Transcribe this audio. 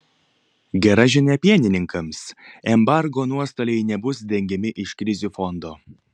gera žinia pienininkams embargo nuostoliai nebus dengiami iš krizių fondo